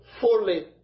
fully